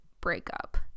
breakup